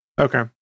Okay